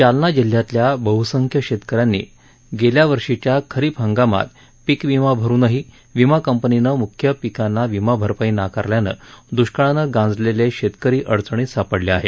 जालना जिल्ह्यातल्या बहसंख्य शेतकऱ्यांनी गेल्याववर्षीच्या खरीप हंगामात पीक विमा भरुनही विमा कंपनीनं म्ख्य पिकांना विमा भरपाई नाकारल्यानं द्वष्काळानं गांजलेले शेतकरी अडचणीत सापडले आहेत